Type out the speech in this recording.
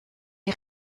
die